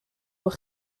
bod